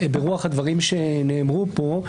ברוח הדברים שנאמרו פה.